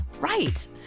right